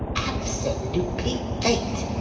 absolutely fate,